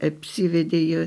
apsivedė jie